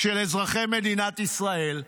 של אזרחי מדינת ישראל,